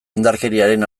indarkeriaren